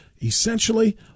essentially